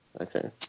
Okay